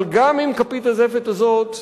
אבל גם עם כפית הזפת הזאת,